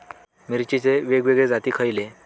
मिरचीचे वेगवेगळे जाती खयले?